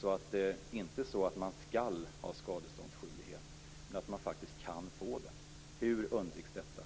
Det skall inte vara så att man skall ha skadeståndsskyldighet men att man kan få det. Hur undviks detta?